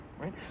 right